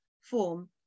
form